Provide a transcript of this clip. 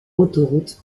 autoroutes